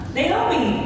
Naomi